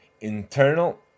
Internal